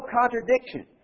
contradiction